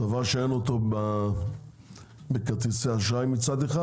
דבר שאין אותו בכרטיסי האשראי מצד אחד,